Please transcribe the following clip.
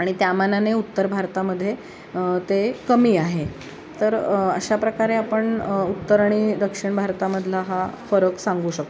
आणि त्या मानाने उत्तर भारतामध्ये ते कमी आहे तर अशा प्रकारे आपण उत्तर आणि दक्षिण भारतामधला हा फरक सांगू शकतो